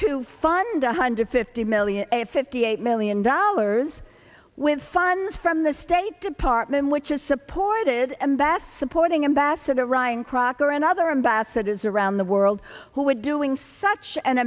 to fund a hundred fifty million a fifty eight million dollars with funds from the state department which is supported and best supporting embassador ryan crocker and other ambassadors around the world who are doing such an